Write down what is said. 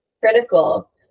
critical